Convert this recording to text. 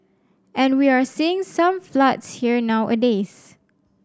and we are seeing some floods here nowadays